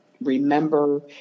remember